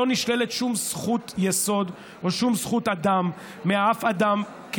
שלא נשללת שום זכות יסוד או שום זכות אדם מאף אדם,